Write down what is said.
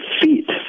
feet